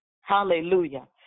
Hallelujah